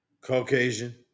Caucasian